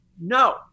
no